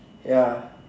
ya